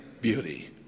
beauty